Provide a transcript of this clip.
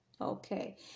Okay